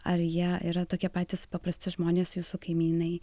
ar jie yra tokie patys paprasti žmonės jūsų kaimynai